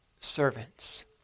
servants